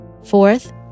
Fourth